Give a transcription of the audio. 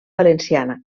valenciana